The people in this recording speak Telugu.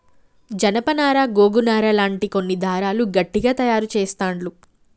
జానప నారా గోగు నారా లాంటి కొన్ని దారాలు గట్టిగ తాయారు చెస్తాండ్లు